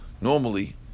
normally